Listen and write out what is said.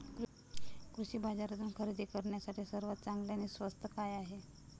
कृषी बाजारातून खरेदी करण्यासाठी सर्वात चांगले आणि स्वस्त काय आहे?